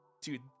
dude